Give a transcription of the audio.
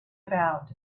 about